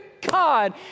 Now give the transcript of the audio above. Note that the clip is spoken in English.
God